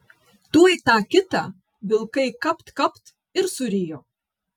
tuoj tą kitą vilkai kapt kapt ir surijo